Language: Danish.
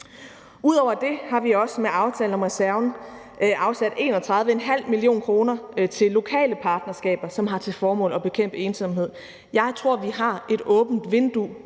Ud over det har vi også med aftalen om reserven afsat 31,5 mio. kr. til lokale partnerskaber, som har til formål at bekæmpe ensomhed. Jeg tror, at vi har et åbent vindue